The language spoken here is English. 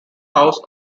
house